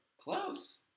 Close